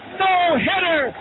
no-hitter